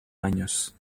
años